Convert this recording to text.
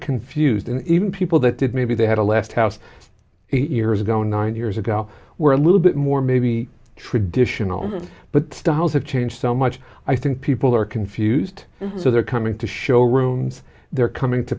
confused and even people that did maybe they had a last house years ago nine years ago were a little bit more maybe traditional but styles have changed so much i think people are confused so they're coming to showrooms they're coming to